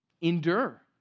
Endure